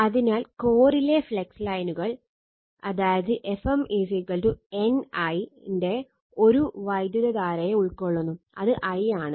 അതിനാൽ കോറിലെ ഫ്ലക്സ് ലൈനുകൾ Fm N I ന്റെ ഒരു വൈദ്യുതധാരയെ ഉൾക്കൊള്ളുന്നു അത് I ആണ്